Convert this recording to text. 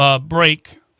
break